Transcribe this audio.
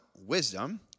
wisdom